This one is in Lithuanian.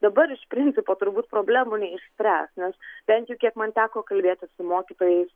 dabar iš principo turbūt problemų neišspręs nes bent jau kiek man teko kalbėtis su mokytojais